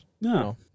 no